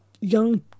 young